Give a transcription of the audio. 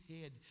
head